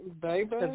Baby